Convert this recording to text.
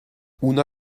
una